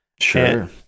Sure